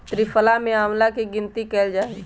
त्रिफला में आंवला के गिनती कइल जाहई